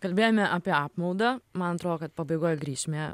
kalbėjome apie apmaudą man atrodo kad pabaigoj grįšime